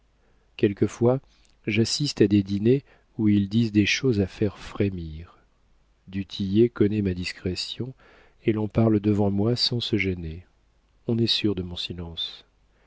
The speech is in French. quelquefois j'assiste à des dîners où ils disent des choses à faire frémir du tillet connaît ma discrétion et l'on parle devant moi sans se gêner on est sûr de mon silence